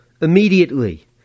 immediately